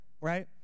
right